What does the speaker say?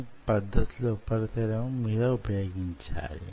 ఈ నమూనా తయారైన పిమ్మట యీ నిర్మాణానికి పైన కణాలు అతకడానికి ఉపయోగించండి